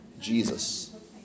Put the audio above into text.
Jesus